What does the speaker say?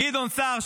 וגדעון סער,